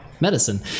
medicine